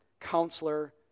counselor